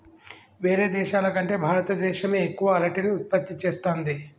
వేరే దేశాల కంటే భారత దేశమే ఎక్కువ అరటిని ఉత్పత్తి చేస్తంది